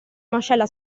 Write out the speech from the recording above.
mascella